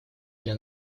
для